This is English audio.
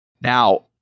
now